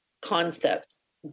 concepts